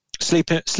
sleeping